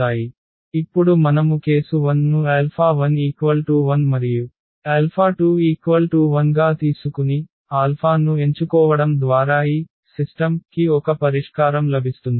ఇప్పుడు మనము కేసు 1 ను 1120 గా తీసుకుని ఆల్ఫా ను ఎంచుకోవడం ద్వారా ఈ వ్యవస్థకి ఒక పరిష్కారం లభిస్తుంది